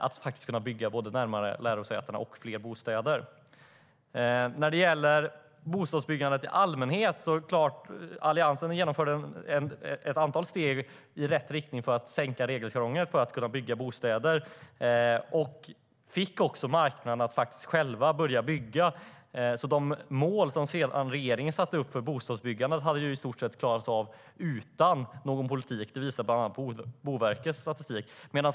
Då kan man bygga närmare lärosätena och därmed få fram fler bostäder. När det gäller bostadsbyggande i allmänhet genomförde Alliansen ett antal steg i rätt riktning för att minska regelkrånglet. Man fick också marknaden att själv börja bygga. De mål som regeringen sedan satte upp för bostadsbyggandet hade i stort sett klarats av utan någon politik. Det visar bland annat Boverkets statistik.